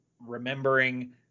remembering